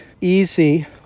easy